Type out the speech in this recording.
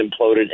imploded